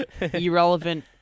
irrelevant